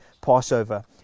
Passover